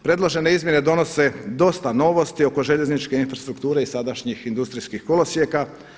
Predložene izmjene donose dosta novosti oko željezničke infrastrukture i sadašnjih industrijskih kolosijeka.